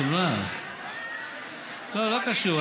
לא קשור.